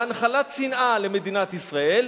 להנחלת שנאה למדינת ישראל,